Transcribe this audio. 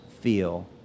feel